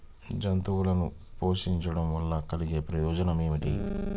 జంతువులను పోషించడం వల్ల కలిగే ప్రయోజనం ఏమిటీ?